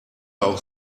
auch